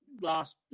last